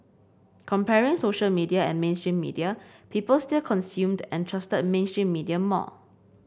comparing social media and mainstream media people still consumed and trusted mainstream media more